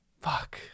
Fuck